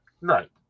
Right